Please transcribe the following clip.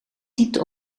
typte